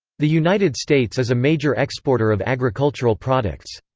the united states is a major exporter of agricultural products.